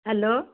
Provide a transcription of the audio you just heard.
hello